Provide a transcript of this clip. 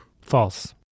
False